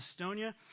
Estonia